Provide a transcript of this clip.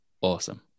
Awesome